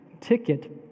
ticket